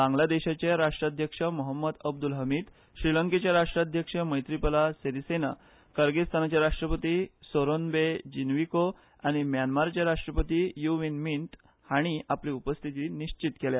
बांगलादेशाचे राष्ट्राध्यक्ष महोम्मद अब्दुल हमीद श्रीलंकेचे राष्ट्राध्यक्ष मैत्रीपला सिरीसेना कार्गीस्थानाचे राष्ट्रपती सोरोनबे जिनविको आनी म्यानमाराचे राष्ट्रपती यू विन मींत हांणी आपली उपस्थिती निश्चीत केल्या